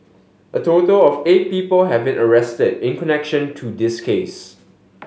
a total of eight people have been arrested in connection to this case